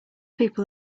people